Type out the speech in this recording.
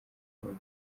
bavuye